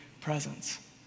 presence